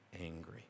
angry